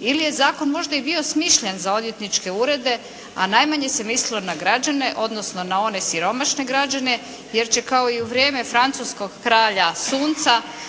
ili je zakon možda bio i smišljen za odvjetničke urede a najmanje se mislilo na građane odnosno na one siromašne građane jer će kao i u vrijeme francuskog kralja sunca